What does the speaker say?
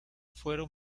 fueron